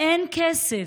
אין כסף.